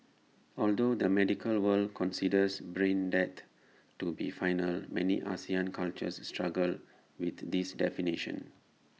although the medical world considers brain death to be final many Asian cultures struggle with this definition